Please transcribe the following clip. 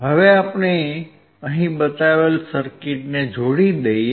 હવે આપણે અહીં બતાવેલ સર્કિટને જોડી દઈએ